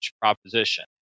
proposition